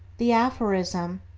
the aphorism,